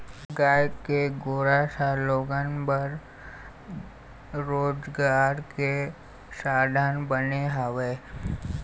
गाय के गोरस ह लोगन बर रोजगार के साधन बने हवय